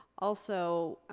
also,